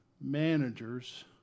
managers